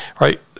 right